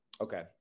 Okay